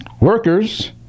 workers